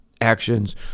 actions